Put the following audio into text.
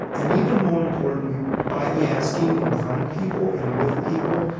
and even more importantly, by the asking in front of people and with people,